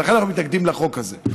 ולכן אנחנו מתנגדים לחוק הזה.